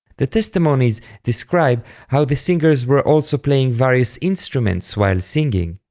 the testimonies describe how the singers were also playing various instruments while singing,